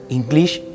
English